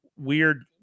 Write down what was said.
weird